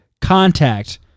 contact